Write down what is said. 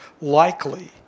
likely